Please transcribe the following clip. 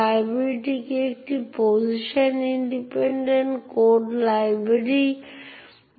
ব্যবহারকারী শনাক্তকারী মূলত সিস্টেম কলটি একটি নির্দিষ্ট প্রক্রিয়ার ব্যবহারকারী আইডি সেট করবে